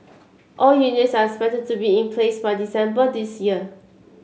all units are expected to be in place by December this year